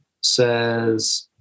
says